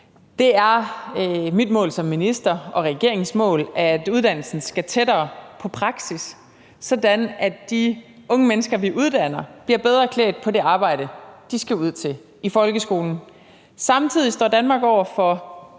Det er mit mål som minister, og det er regeringens mål, at uddannelsen skal tættere på praksis, sådan at de unge mennesker, vi uddanner, bliver bedre klædt på til det arbejde, de skal ud til i folkeskolen. Samtidig står Danmark over for